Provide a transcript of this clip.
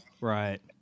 right